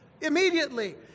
immediately